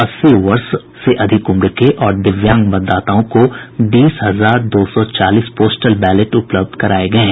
अस्सी वर्ष से अधिक उम्र के और दिव्यांग मतदाताओं को बीस हजार दो सौ चालीस पोस्टल बैलेट उपलब्ध कराये गये हैं